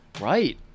Right